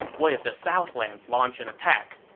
what if the southlands launch an attack?